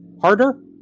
harder